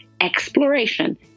exploration